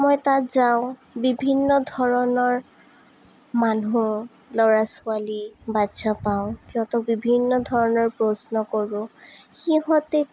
মই তাত যাওঁ বিভিন্ন ধৰণৰ মানুহ ল'ৰা ছোৱালী বাচ্ছা পাওঁ সিহঁতক বিভিন্ন ধৰণৰ প্ৰশ্ন কৰোঁ সিহঁতে